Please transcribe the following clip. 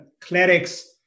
clerics